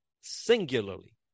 singularly